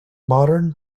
modern